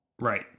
Right